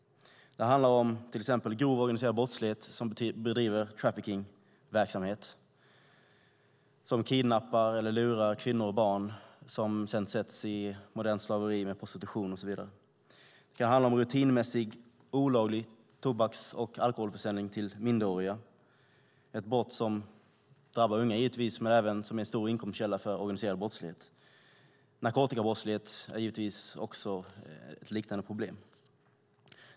Det handlar till exempel om grov organiserad brottslighet där man bedriver traffickingverksamhet. Man kidnappar eller lurar kvinnor och barn som sedan sätts i modernt slaveri med prostitution och så vidare. Det kan handla om rutinmässig, olaglig tobaks och alkoholförsäljning till minderåriga - ett brott som givetvis drabbar unga men som även är en stor inkomstkälla för organiserad brottslighet. Narkotikabrottslighet är givetvis också ett liknande problem.